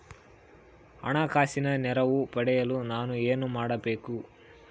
ಹಣಕಾಸಿನ ನೆರವು ಪಡೆಯಲು ನಾನು ಏನು ಮಾಡಬೇಕು?